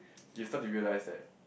you start to realise that